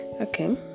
okay